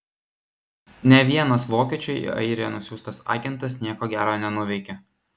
nė vienas vokiečių į airiją nusiųstas agentas nieko gero nenuveikė